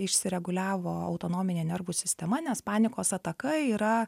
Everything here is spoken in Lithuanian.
išsiregulevo autonominė nervų sistema nes panikos ataka yra